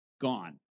gone